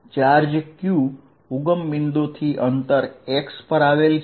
charge q ઉગમ બિન્દુ થી અંતર x પર આવેલ છે